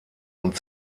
und